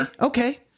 okay